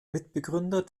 mitbegründer